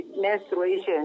menstruation